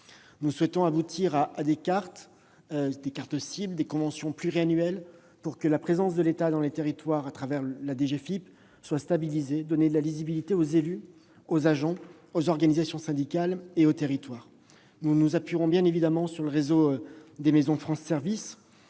Nous souhaitons aboutir à des cartes cibles et des conventions pluriannuelles, pour que la présence de l'État dans les territoires à travers la DGFiP soit stabilisée et qu'une lisibilité soit offerte aux élus, aux agents, aux organisations syndicales et aux territoires. Nous nous appuierons évidemment sur le réseau des maisons France services